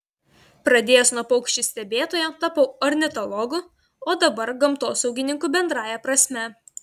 pradėjęs nuo paukščių stebėtojo tapau ornitologu o dabar gamtosaugininku bendrąja prasme